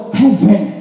heaven